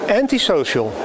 antisocial